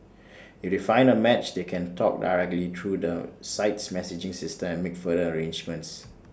if they find A match they can talk directly through the site's messaging system and make further arrangements